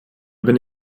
bin